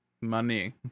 Money